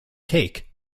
cake